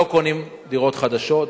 לא קונים דירות חדשות.